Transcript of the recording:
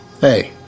Hey